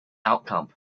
outcome